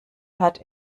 hat